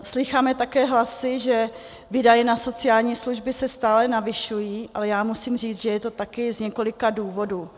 Slýcháme také hlasy, že výdaje na sociální služby se stále navyšují, ale já musím říct, že je to také z několika důvodů.